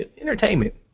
entertainment